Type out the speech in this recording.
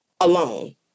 alone